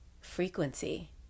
frequency